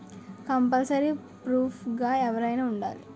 Compulsory proof గా ఎవరైనా ఉండాలా?